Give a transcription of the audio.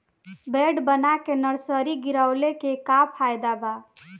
Bed बना के nursery गिरवले के का फायदा बा?